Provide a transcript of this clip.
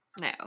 No